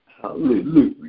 Hallelujah